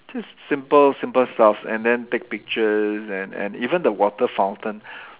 just simple simple stuff and then take pictures and and even the water fountain